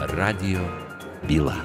radijo byla